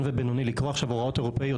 ובינוני לקרוא עכשיו הוראות אירופיות,